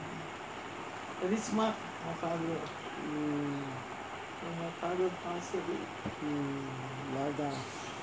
mm